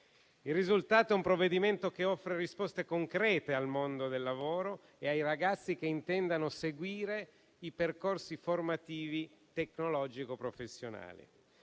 Il risultato è un provvedimento che offre risposte concrete al mondo del lavoro e ai ragazzi che intendano seguire i percorsi formativi tecnologico-professionali.